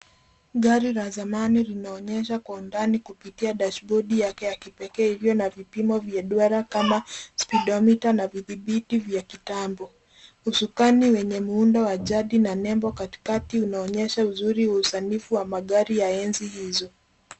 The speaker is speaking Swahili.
Gari la zamani linaonyeshwa kwa undani kupitia dashbodi yake ya kipekee iliyo na vipimo vya duara kama spidomita na vidhibiti vya kitambo. Usukani wenye muundo wa jadi na nembo katikati unaonyesha uzuri na usanifu wa magari ya enzi hizo.